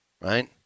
right